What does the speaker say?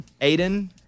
Aiden